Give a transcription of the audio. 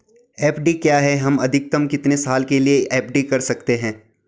FD क्या है हम अधिकतम कितने साल के लिए एफ.डी कर सकते हैं?